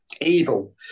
Evil